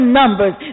numbers